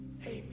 Hey